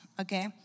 okay